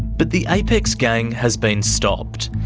but the apex gang has been stopped.